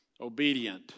obedient